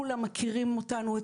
כולם מכירים אותנו,